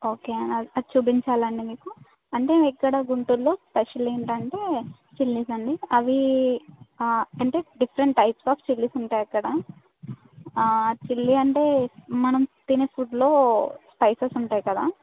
okay అండి అది చూపించాలా అండి మీకు అంటే ఇక్కడ గుంటూరులో స్పెషల్ ఏంటి అంటే చిల్లిస్ అండి అవి అంటే డిఫరెంట్ టైప్స్ ఆఫ్ చిల్లిస్ ఉంటాయి అక్కడ చిల్లి అంటే అక్కడ మనం తినే ఫుడ్లో స్పైసెస్ ఉంటాయి కదా